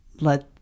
let